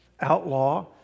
outlaw